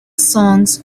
songs